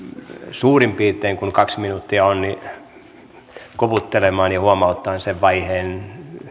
suurin piirtein kun kaksi minuuttia on kulunut koputtelemaan ja huomauttamaan sen vaiheen